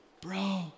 bro